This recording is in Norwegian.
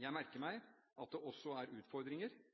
Jeg merker meg at det også er utfordringer.